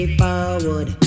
forward